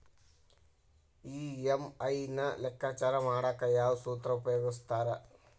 EMI ನ ಲೆಕ್ಕಾಚಾರ ಮಾಡಕ ಯಾವ್ ಸೂತ್ರ ಉಪಯೋಗಿಸ್ತಾರ